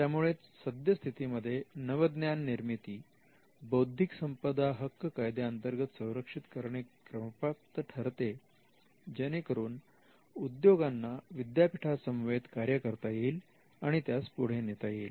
त्यामुळेच सद्यस्थितीमध्ये नवज्ञाननिर्मिती बौद्धिक संपदा हक्क कायद्यांतर्गत संरक्षित करणे क्रमप्राप्त ठरते जेणेकरून उद्योगांना विद्यापीठां समवेत कार्य करता येईल आणि त्यास पुढे नेता येईल